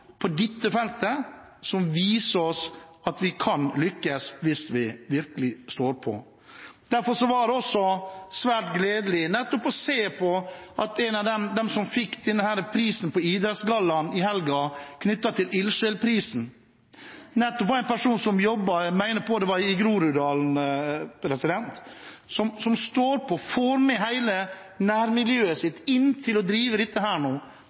på dette feltet, som viser oss at vi kan lykkes hvis vi virkelig står på. Derfor var det også svært gledelig å se at en av dem som fikk pris – ildsjel-prisen – under idrettsgallaen i helgen, var en person som jobber i Groruddalen – jeg mener det var der – og som står på og får med seg hele nærmiljøet sitt i å drive dette.